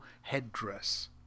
headdress